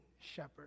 shepherd